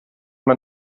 man